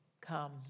Come